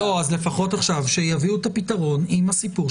לחסן אותם.